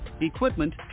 equipment